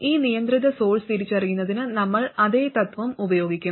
ഈ നിയന്ത്രിത സോഴ്സ് തിരിച്ചറിയുന്നതിന് നമ്മൾ അതേ തത്ത്വം ഉപയോഗിക്കും